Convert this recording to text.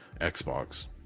Xbox